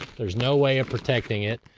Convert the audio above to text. there's no way of protecting it.